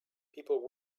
people